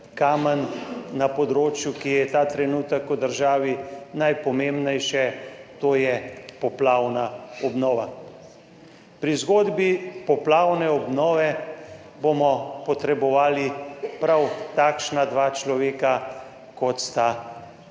kamen na področju, ki je ta trenutek v državi najpomembnejše, to je poplavna obnova. Pri zgodbi poplavne obnove bomo potrebovali prav takšna dva človeka, kot sta